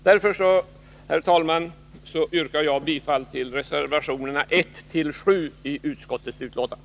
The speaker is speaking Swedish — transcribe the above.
Därför, herr talman, yrkar jag bifall till reservationerna 1-7 i utskottets betänkande.